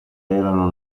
erano